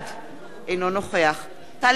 אינו נוכח טלב אלסאנע,